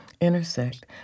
intersect